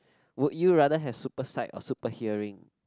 would you rather have super sight or super hearing